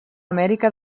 amèrica